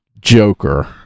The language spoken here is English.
joker